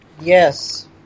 yes